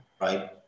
right